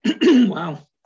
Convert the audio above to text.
Wow